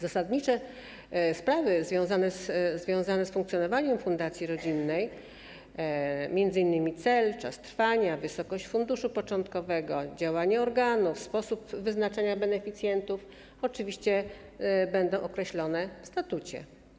Zasadnicze sprawy związane z funkcjonowaniem fundacji rodzinnej, m.in. cel, czas trwania, wysokość funduszu początkowego, działanie organów, sposób wyznaczania beneficjentów, oczywiście będą określone w statucie.